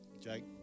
Jake